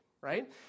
right